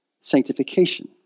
sanctification